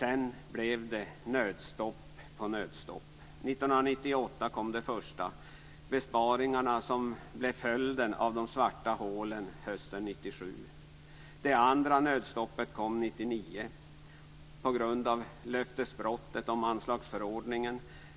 Sedan blev det nödstopp på nödstopp. År 1998 kom det första, nämligen besparingarna som blev följden av de svarta hålen hösten 1997. Det andra nödstoppet kom 1999 på grund av löftesbrottet om anslagsförordningen.